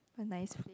a nice place